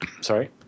Sorry